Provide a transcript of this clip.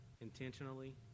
intentionally